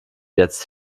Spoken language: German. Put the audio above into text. jetzt